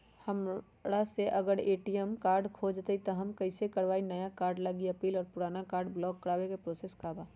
हमरा से अगर ए.टी.एम कार्ड खो जतई तब हम कईसे करवाई नया कार्ड लागी अपील और पुराना कार्ड ब्लॉक करावे के प्रोसेस का बा?